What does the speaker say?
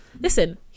listen